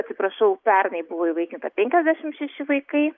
atsiprašau pernai buvo įvaikinta penkiasdešim šeši vaikai